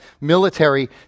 military